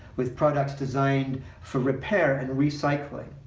with products designed for repair and recycling,